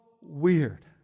weird